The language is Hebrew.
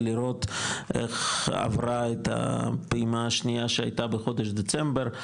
זה לראות איך עברה הפעימה השנייה שהייתה בחודש דצמבר,